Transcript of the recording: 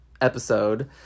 episode